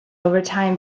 overtime